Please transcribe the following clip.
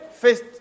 first